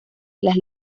las